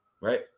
right